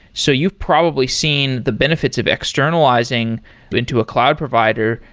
so you've probably seen the benefits of externalizing into a cloud provider.